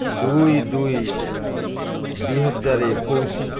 ଦୁଇ ଦୁଇ ଦୁଇ ହଜାର ଏକୋଇଶ